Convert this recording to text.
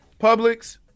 Publix